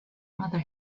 mother